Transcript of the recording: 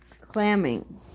Clamming